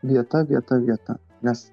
vieta vieta vieta nes